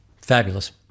fabulous